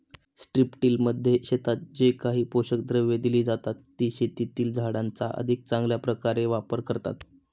स्ट्रिपटिलमध्ये शेतात जे काही पोषक द्रव्ये दिली जातात, ती शेतातील झाडांचा अधिक चांगल्या प्रकारे वापर करतात